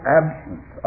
absence